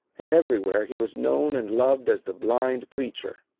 and everywhere he was known and loved as the blind preacher.